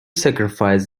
sacrifice